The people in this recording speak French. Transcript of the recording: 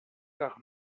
par